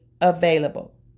available